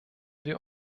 wir